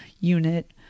unit